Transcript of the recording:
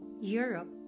Europe